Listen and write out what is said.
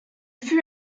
fut